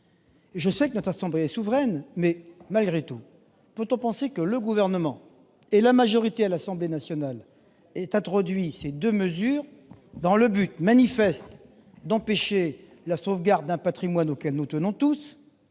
Je sais que notre assemblée est souveraine. Malgré tout, peut-on penser que le Gouvernement et la majorité à l'Assemblée nationale aient introduit ces deux mesures dans le but manifeste d'empêcher la sauvegarde d'un patrimoine auquel nous tenons tous,